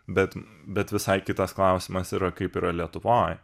bet bet visai kitas klausimas yra kaip yra lietuvoj